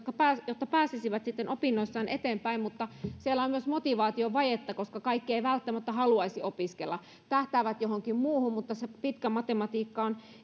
jotta pääsisivät sitten opinnoissaan eteenpäin mutta siellä on myös motivaatiovajetta koska kaikki eivät välttämättä haluaisi opiskella tähtäävät johonkin muuhun mutta se pitkä matematiikka on